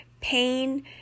pain